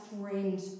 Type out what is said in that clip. friend